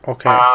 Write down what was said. Okay